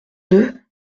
deux